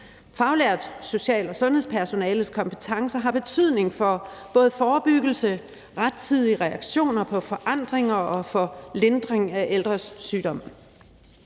Faglært social- og sundhedspersonales kompetencer har betydning for både forebyggelse, rettidige reaktioner på forandringer og for lindring af ældres sygdom.